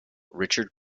richard